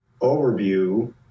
overview